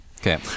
Okay